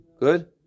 Good